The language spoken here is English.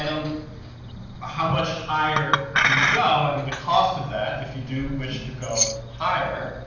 and don't how much higher do you go and the cost of that if you do wish to go higher?